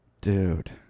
Dude